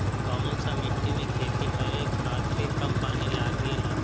कौन सा मिट्टी में खेती करे खातिर कम पानी लागेला?